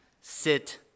sit